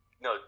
No